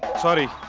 satti